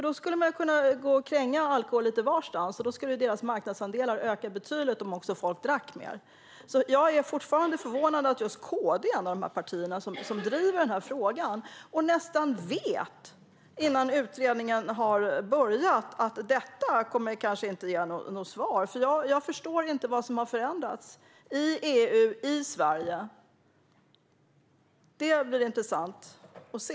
Då skulle man få kränga alkohol lite varstans, och deras marknadsandelar skulle öka betydligt om folk drack mer. Jag är fortfarande förvånad över att just KD är ett av de partier som driver den här frågan och nästan säger sig veta - innan utredningen ens har börjat - att utredningen inte kommer att ge något svar. Jag förstår inte vad som har förändrats i EU och i Sverige. Det ska det bli intressant att se.